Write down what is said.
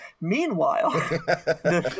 Meanwhile